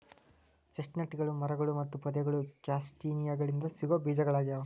ಚೆಸ್ಟ್ನಟ್ಗಳು ಮರಗಳು ಮತ್ತು ಪೊದೆಗಳು ಕ್ಯಾಸ್ಟಾನಿಯಾಗಳಿಂದ ಸಿಗೋ ಬೇಜಗಳಗ್ಯಾವ